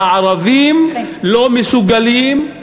הערבים לא מסוגלים,